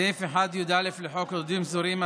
סעיף 1יא לחוק עובדים זרים,